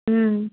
ம்